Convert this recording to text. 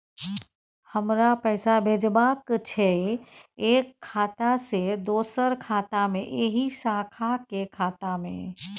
हमरा पैसा भेजबाक छै एक खाता से दोसर खाता मे एहि शाखा के खाता मे?